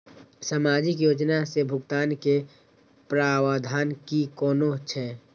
सामाजिक योजना से भुगतान के प्रावधान की कोना छै?